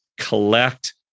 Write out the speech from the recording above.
collect